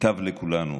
ייטב לכולנו.